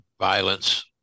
violence